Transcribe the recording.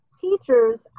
teachers